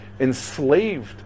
Enslaved